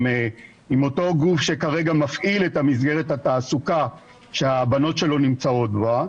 עם אותו גוף שכרגע מפעיל את מסגרת התעסוקה שהבנות שלו נמצאות בה,